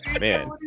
man